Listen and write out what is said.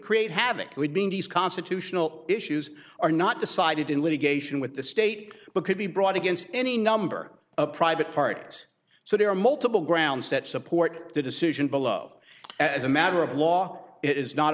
create havoc would be constitutional issues are not decided in litigation with the state but could be brought against any number of private parts so there are multiple grounds that support the decision below as a matter of law it is not